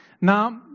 Now